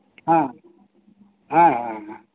ᱦᱮᱸ ᱦᱮᱸ ᱦᱮᱸ